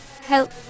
Help